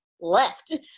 left